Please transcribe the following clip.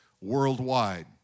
worldwide